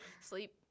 Sleep